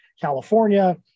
California